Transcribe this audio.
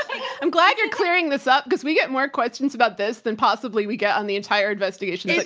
i'm glad you're clearing this up because we get more questions about this than possibly we get on the entire investigation. yeah